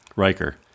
Riker